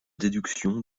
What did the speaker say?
déduction